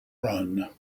run